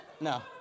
No